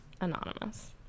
Anonymous